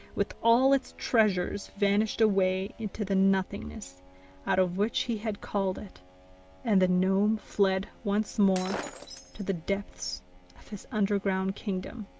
with all its treasures, vanished away into the nothingness out of which he had called it and the gnome fled once more to the depths of his underground kingdom.